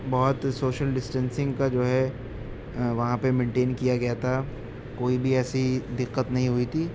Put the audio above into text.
بہت social distancing کا جو ہے وہاں پہ منٹین کیا گیا تھا کوئی بھی ایسی دقت نہیں ہوئی تھی